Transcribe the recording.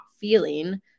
feeling